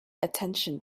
attention